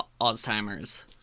Alzheimer's